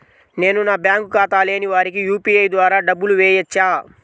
నేను బ్యాంక్ ఖాతా లేని వారికి యూ.పీ.ఐ ద్వారా డబ్బులు వేయచ్చా?